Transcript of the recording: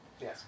Yes